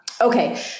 Okay